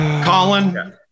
Colin